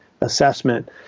assessment